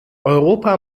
europa